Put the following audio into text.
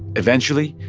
eventually,